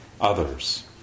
others